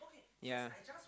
ya